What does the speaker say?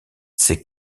ces